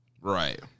Right